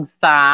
sa